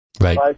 Right